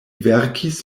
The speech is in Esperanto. verkis